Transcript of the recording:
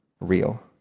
real